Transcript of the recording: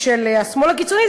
השמאל הקיצוני,